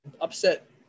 upset